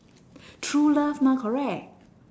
true love mah correct